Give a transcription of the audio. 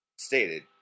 stated